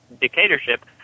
dictatorship